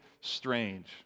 strange